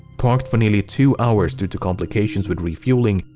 parked for nearly two hours due to complications with refueling,